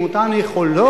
עם אותן יכולות,